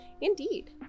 Indeed